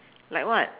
like what